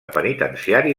penitenciari